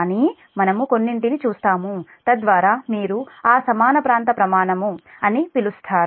కానీ మనము కొన్నింటిని చూస్తాము తద్వారా మీరు ఆ సమాన ప్రాంత ప్రమాణం అని పిలుస్తారు